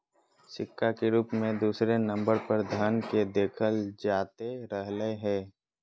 सिक्का के रूप मे दूसरे नम्बर पर धन के देखल जाते रहलय हें